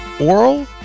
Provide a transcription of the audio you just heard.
oral